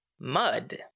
Mud